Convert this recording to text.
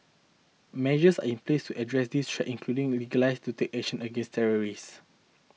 measures are in place address this threat including legalize to take action against terrorists